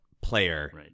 player